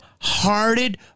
hearted